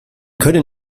können